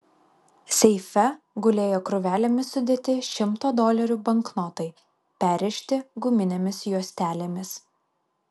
seife gulėjo krūvelėmis sudėti šimto dolerių banknotai perrišti guminėmis juostelėmis